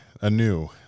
anew